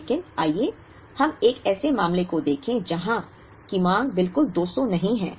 लेकिन आइए हम एक ऐसे मामले को देखें जहां की मांग बिल्कुल 200 नहीं है